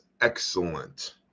excellent